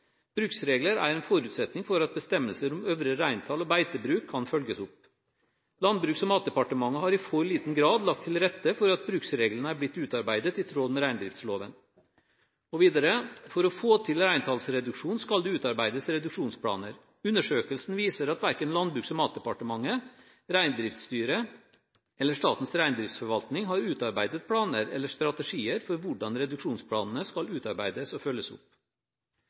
Bruksregler er en forutsetning for at bestemmelser om øvre reintall og beitebruk kan følges opp. Landbruks- og matdepartementet har i for liten grad lagt til rette for at bruksreglene er blitt utarbeidet i tråd med reindriftsloven.» Og videre: «For å få til reintallsreduksjon skal det utarbeides reduksjonsplaner. Undersøkelsen viser at verken Landbruks- og matdepartementet, Reindriftsstyret eller Statens reindriftsforvaltning har utarbeidet planer eller strategier for hvordan reduksjonsplanene skal utarbeides og følges opp.»